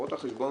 רואות החשבון